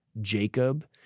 Jacob